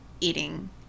eating